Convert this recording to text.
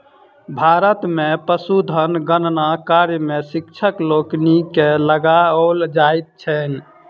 भारत मे पशुधन गणना कार्य मे शिक्षक लोकनि के लगाओल जाइत छैन